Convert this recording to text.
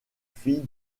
filles